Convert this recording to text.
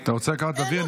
אתה רוצה לקחת אוויר?